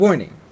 Warning